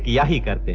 yeah sahiba,